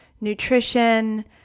nutrition